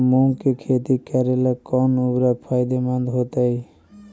मुंग के खेती करेला कौन उर्वरक फायदेमंद होतइ?